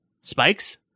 Spikes